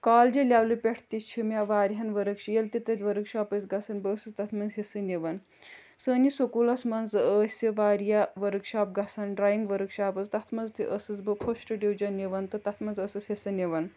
کالجہِ لٮ۪ولہِ پٮ۪ٹھ تہِ چھِ مےٚ وارِہَن ؤرٕک شیٖل ییٚلہِ تہِ تہٕ ؤرٕک شاپ ٲسۍ گژھان بہٕ ٲسٕس تَتھ منٛز حصہٕ نِوان سٲنِس سکوٗلَس منٛز ٲسہِ واریاہ ؤرٕک شاپ گژھان ڈرٛایِنٛگ ؤرٕک شاپ ٲس تَتھ منٛز تہِ ٲسٕس بہٕ فٔسٹ ڈِوجَن نِوان تہٕ تَتھ منٛز ٲسٕس حصہٕ نِوان